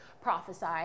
prophesy